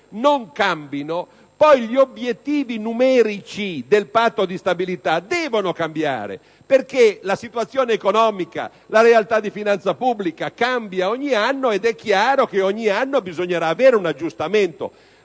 non cambino. Poi, gli obiettivi numerici del Patto di stabilità devono cambiare, perché la situazione economica e la realtà di finanza pubblica cambiano ogni anno ed è chiaro che ogni anno bisognerà avere un aggiustamento;